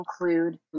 include